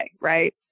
right